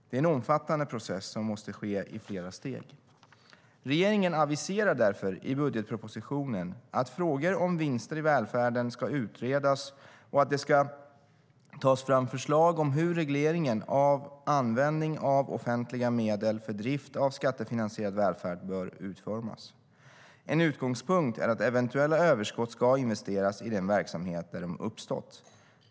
Det är en omfattande process, som måste ske i flera steg. Regeringen aviserar därför i budgetpropositionen att frågor om vinster i välfärden ska utredas och att det ska tas fram förslag på hur regleringen av användning av offentliga medel för drift av skattefinansierad välfärd bör utformas. En utgångspunkt är att eventuella överskott ska investeras i den verksamhet där de uppstått.